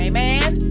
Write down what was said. Amen